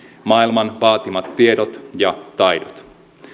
maailman vaatimat tiedot ja taidot